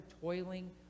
toiling